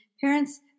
Parents